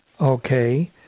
Okay